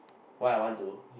why I want to